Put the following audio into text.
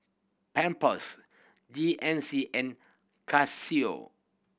Pampers G N C and Casio